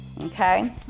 okay